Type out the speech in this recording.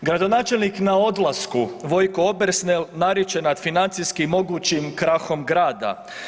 Gradonačelnik na odlasku Vojko Obersnel nariče nad financijski mogućim krahom grada.